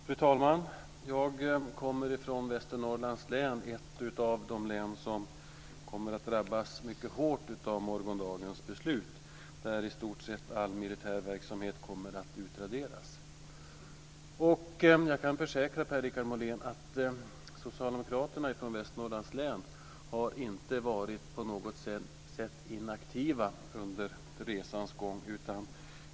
Fru talman! Jag kommer från Västernorrlands län, ett av de län som drabbas mycket hårt av morgondagens beslut. I stort sett all militär verksamhet kommer att utraderas. Jag kan försäkra Per-Richard Molén om att socialdemokraterna från Västernorrlands län inte på något sätt har varit inaktiva under resans gång.